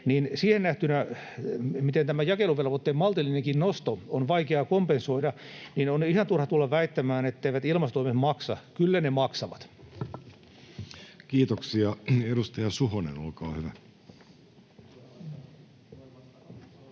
siihen nähden, miten tämä jakeluvelvoitteen maltillinenkin nosto on vaikeaa kompensoida, on ihan turha tulla väittämään, etteivät ilmastotoimet maksa. Kyllä ne maksavat. [Speech 180] Speaker: Jussi